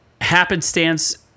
happenstance